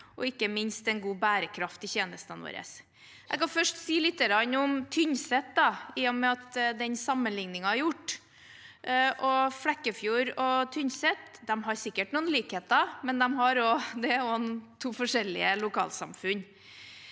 og ikke minst god bærekraft i tjenestene våre. Jeg kan først si lite grann om Tynset, i og med at den sammenligningen er gjort. Flekkefjord og Tynset har sikkert noen likheter, men det er også to forskjellige lokalsamfunn.